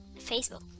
Facebook